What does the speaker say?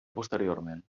posteriorment